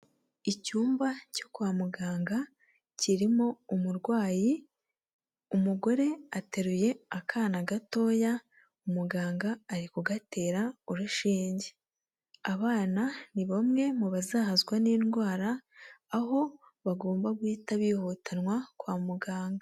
Icyumba cyo kwa muganga kirimo umurwayi, umugore ateruye akana gatoya umuganga arikugatera urushinge, abana ni bamwe mu bazahazwa n'indwara aho bagomba guhita bihutanwa kwa muganga.